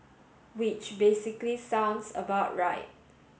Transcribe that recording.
which basically sounds about right